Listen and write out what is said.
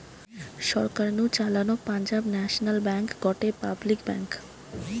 সরকার নু চালানো Punjab national bank গটে পাবলিক ব্যাঙ্ক